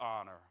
honor